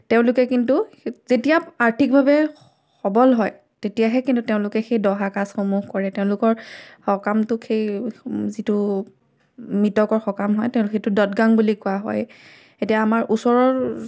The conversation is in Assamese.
তেওঁলোকে কিন্তু যেতিয়া আৰ্থিকভাৱে সবল হয় তেতিয়াহে কিন্তু তেওঁলোকে সেই দহা কাজসমূহ কৰে তেওঁলোকৰ সকামটোক সেই যিটো মৃতকৰ সকাম হয় তেওঁলোকে সেইটো দদগাং বুলি কোৱা হয় এতিয়া আমাৰ ওচৰৰ